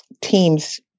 teams